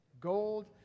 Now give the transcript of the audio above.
gold